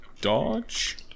dodge